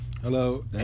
Hello